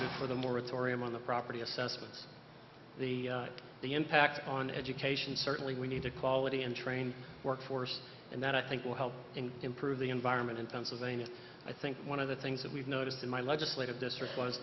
voted for the moratorium on the property assessments the the impact on education certainly we need to quality and train workforce and that i think will help improve the environment in pennsylvania i think one of the things that we've noticed in my legislative district was